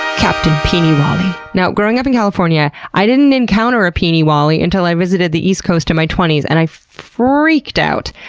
captain peenie wallie. you know growing up in california, i didn't encounter a peenie wallie until i visited the east coast in my twenty s and i freaked out.